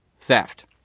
theft